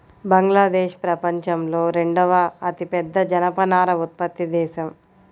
బంగ్లాదేశ్ ప్రపంచంలో రెండవ అతిపెద్ద జనపనార ఉత్పత్తి దేశం